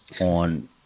on